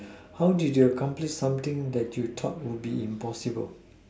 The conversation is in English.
how did you accomplish something that you thought will be impossible